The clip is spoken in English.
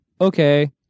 Okay